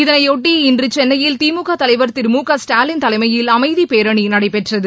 இதனைபொட்டி இன்று சென்னையில் திமுக தலைவர் திரு மு க ஸ்டாலின் தலைமையில் அமைதி பேரணி நடைபெற்றது